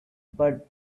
but